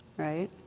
right